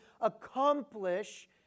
accomplish